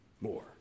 more